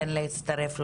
כן להצטרף,